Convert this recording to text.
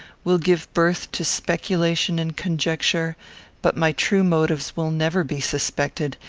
will give birth to speculation and conjecture but my true motives will never be suspected,